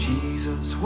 Jesus